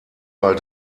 mal